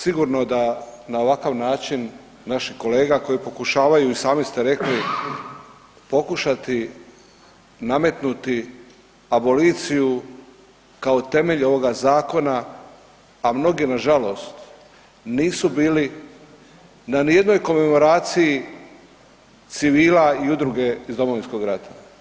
Sigurno da na ovakav način naših kolega koji pokušavaju i sami ste rekli, pokušati nametnuti aboliciju kao temelj ovog zakona a mnogi nažalost nisu bili na nijednoj komemoraciji civila i udruge iz Domovinskog rata.